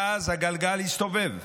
ואז הגלגל יסתובב,